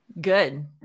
Good